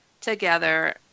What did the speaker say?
together